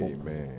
Amen